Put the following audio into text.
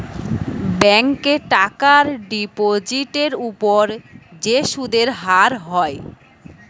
ব্যাংকে টাকার ডিপোজিটের উপর যে সুদের হার হয়